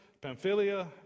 Pamphylia